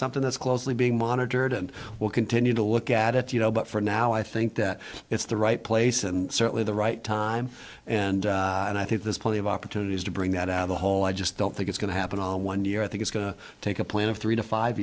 something that's closely being monitored and we'll continue to look at it you know but for now i think that it's the right place and certainly the right time and i think there's plenty of opportunities to bring that out of the whole i just don't think it's going to happen all in one year i think it's going to take a plan of three to five